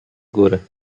góry